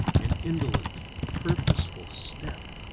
an indolent purposeful step.